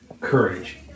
courage